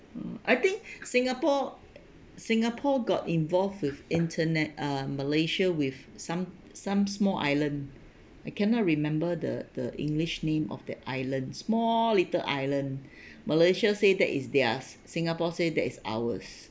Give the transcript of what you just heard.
mm I think singapore singapore got involved with internet uh malaysia with some some small island I cannot remember the the english name of the island small little island malaysia said that is theirs singapore say that is ours